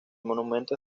monumento